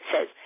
says